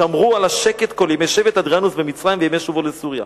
שמרו על השקט כל ימי שבת אדריאנוס במצרים וימי שובו לסוריה.